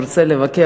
אם הוא ירצה לבקר,